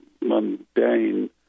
mundane